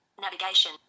Navigation